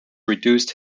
reduced